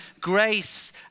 grace